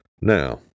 Now